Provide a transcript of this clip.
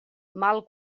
mal